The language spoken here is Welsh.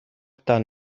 dan